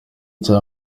cya